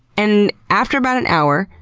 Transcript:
and after about an hour,